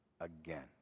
again